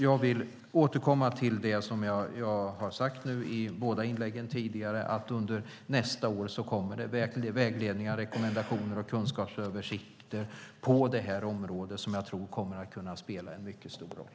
Jag vill återkomma till det som jag har sagt i båda inläggen tidigare, det vill säga att det under nästa år kommer vägledningar, rekommendationer och kunskapsöversikter på det här området, och dessa tror jag kommer att kunna spela en mycket stor roll.